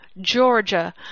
Georgia